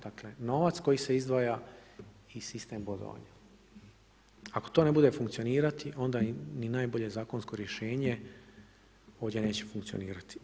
Dakle, novac koji se izdvaja i sistem bodovanja, ako to ne bude funkcioniralo onda ni najbolje zakonsko rješenje ovdje neće funkcionirati.